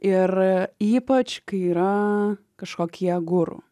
ir ypač kai yra kažkokie guru